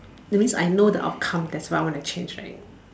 that means I know the outcome that's why I want to change right